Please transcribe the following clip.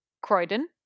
Croydon